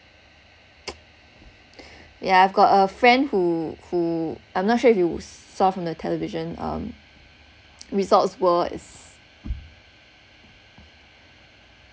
yeah I've got a friend who who I'm not sure if you saw from the television um results was